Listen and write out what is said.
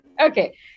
Okay